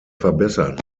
verbessern